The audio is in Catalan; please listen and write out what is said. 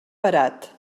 parat